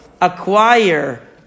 acquire